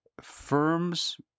Firms